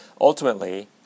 Ultimately